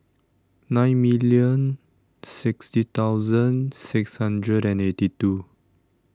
nine million sixty thousand six hundred and eighty two